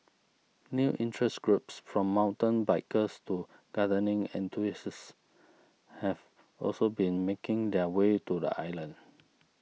new interest groups from mountain bikers to gardening enthusiasts have also been making their way to the island